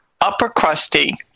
upper-crusty